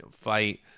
fight